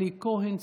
אלי כהן,